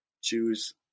choose